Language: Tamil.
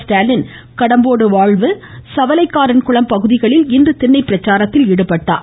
ஸ்டாலின் கடம்போடு வாழ்வு சவலைக்காரன் குளம் பகுதிகளில் இன்று திண்ணைப் பிரச்சாரத்தில் ஈடுபட்டார்